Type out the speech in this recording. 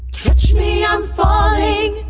catch me i'm falling flying